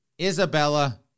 Isabella